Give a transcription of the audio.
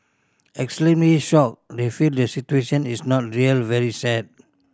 extremely shocked they feel the situation is not real very sad